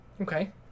Okay